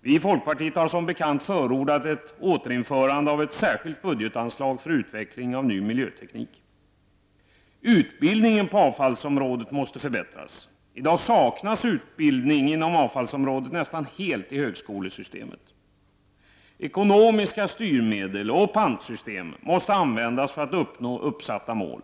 Vi i folkpartiet har som bekant förordat ett återinförande av ett särskilt budgetanslag för utveckling av ny miljöteknik. Utbildningen på avfallsområdet måste förbättras. I dag saknas nästan helt utbildning i högskolesystemet inom avfallsområdet. Ekonomiska styrmedel och pantsystem måste användas för att uppnå uppsatta mål.